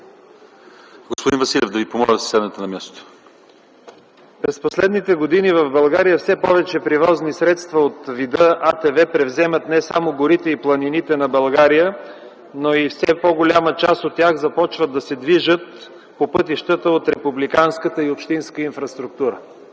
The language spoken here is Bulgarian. господин председател, уважаеми господин вицепремиер! През последните години в България все повече превозни средства от вида АТВ превземат не само горите и планините на България, но и все по-голяма част от тях започват да се движат по пътищата от републиканската и общинската инфраструктура.